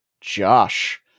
Josh